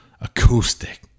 Acoustic